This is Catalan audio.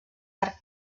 arc